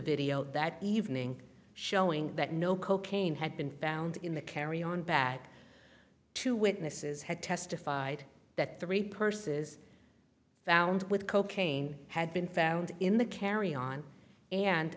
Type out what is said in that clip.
video that evening showing that no cocaine had been found in the carry on bag two witnesses had testified that three purses found with cocaine had been found in the carry on and